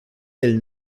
del